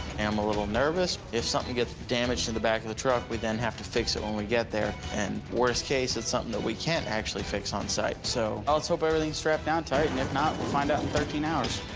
am a little nervous. if something gets damaged in the back of the truck, we then have to fix it when we get there. and worst case, it's something that we can't actually fix on-site so now ah let's hope everything's strapped down tight. and if not, we'll find out in thirteen hours.